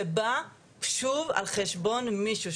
זה בא שוב על חשבון מישהו.